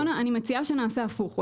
אני מציעה שנעשה הפוך.